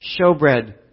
Showbread